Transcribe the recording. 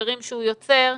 ובמשברים שהוא יוצר,